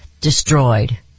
destroyed